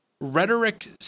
rhetoric